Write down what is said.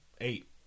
eight